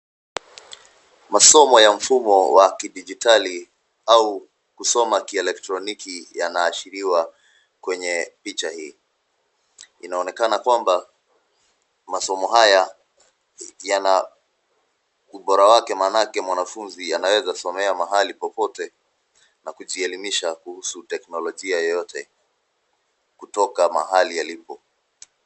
Masomo ya mfumo wa kidijitali au kusoma kielektroniki yanaashiriwa kwenye picha hii. Inaonekana kwamba, masomo haya yana ubora wake maanake mwanafunzi anaweza somea mahali popote, na kujielimisha kuhusu teknolojia yoyote, kutoka mahali alipo.